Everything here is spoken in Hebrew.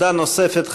עמדה נוספת,